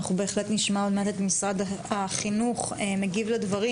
אנחנו בהחלט נשמע עוד מעט את משרד החינוך מגיב לדברים.